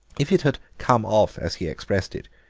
if it had come off, as he expressed it,